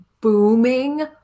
booming